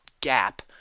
gap